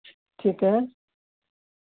ठीक ऐ